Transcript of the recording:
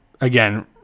again